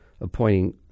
appointing